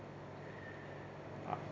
ah